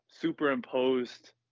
superimposed